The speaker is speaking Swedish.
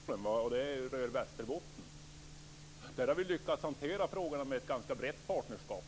Herr talman! Jag kan bara kort redogöra för min egen erfarenhet som jag har från arbete med tillväxtavtal i Västerbotten. Där har vi lyckats att hantera frågan om ett ganska brett partnerskap.